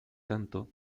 tanto